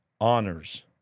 honors